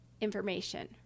Information